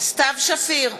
סתיו שפיר,